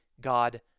God